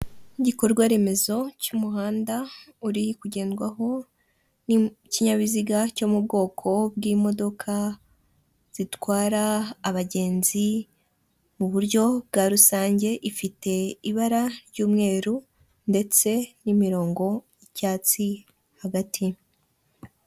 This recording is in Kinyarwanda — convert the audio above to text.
Iikorwa remezo cy'umuhanda uri kugedwaho n'ikinyabiziga cyo mu bwoko bw'imodoka zitwara abagenzi mu buryo bwa rusange, ifite ibara ry'umweru ndetse n'imirongo y'icyatsi hagati.